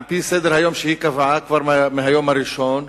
על-פי סדר-היום שהיא קבעה כבר מהיום הראשון,